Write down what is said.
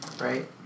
right